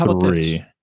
three